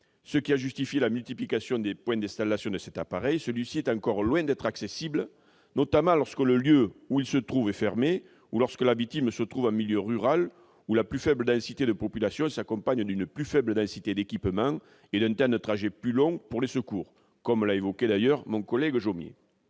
ce qui a justifié la multiplication des points d'installation de ces appareils, ceux-ci sont encore difficilement accessibles, notamment lorsque les lieux où ils se trouvent sont fermés ou lorsque la victime se trouve en milieu rural, où une plus faible densité de population se cumule avec une plus faible densité d'équipement et un temps de trajet plus long pour les secours, comme l'a rappelé mon collège Bernard